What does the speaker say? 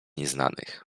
nieznanych